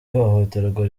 ihohoterwa